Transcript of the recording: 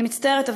אני מצטערת,